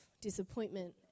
disappointment